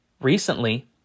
Recently